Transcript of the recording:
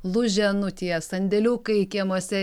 lūženų tie sandėliukai kiemuose